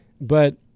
But-